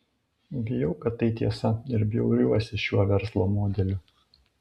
bijau kad tai tiesa ir bjauriuosi šiuo verslo modeliu